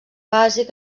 bàsic